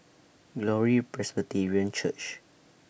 Glory Presbyterian Church